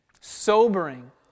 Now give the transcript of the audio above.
sobering